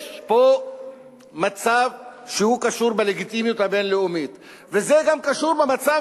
יש פה מצב שקשור בלגיטימיות הבין-לאומית וזה גם קשור במצב